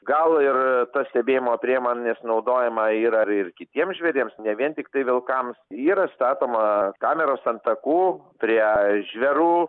gal ir tos stebėjimo priemonės naudojama yra ir kitiems žvėriems ne vien tiktai vilkams yra statoma kameros ant takų prie žvėrų